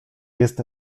jest